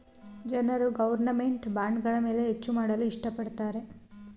ಜನರು ಗೌರ್ನಮೆಂಟ್ ಬಾಂಡ್ಗಳ ಮೇಲೆ ಹೆಚ್ಚು ಮಾಡಲು ಇಷ್ಟ ಪಡುತ್ತಾರೆ